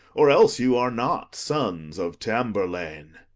or else you are not sons of tamburlaine.